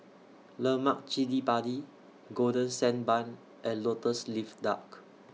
Lemak Cili Padi Golden Sand Bun and Lotus Leaf Duck